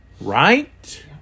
right